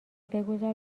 بگذار